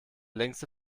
längste